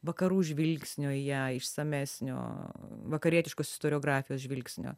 vakarų žvilgsnio į ją išsamesnio vakarietiškos istoriografijos žvilgsnio